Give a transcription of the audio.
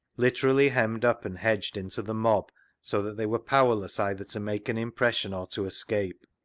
literally hemmed up and hedged into the mob so that they were powerless either to make an impression or to escape